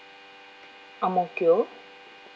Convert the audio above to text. ang mo kio